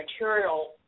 material